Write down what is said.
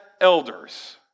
elders